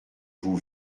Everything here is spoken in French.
vous